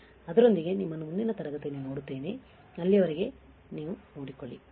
ಅದರೊಂದಿಗೆ ನಿಮ್ಮನ್ನು ಮುಂದಿನ ತರಗತಿಯಲ್ಲಿ ನೋಡುತ್ತೇನೆ ಅಲ್ಲಿಯವರೆಗೆ ನೀವು ನೋಡಿಕೊಳ್ಳಿ ಬೈ